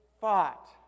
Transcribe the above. fought